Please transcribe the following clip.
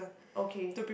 okay